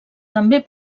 també